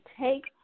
take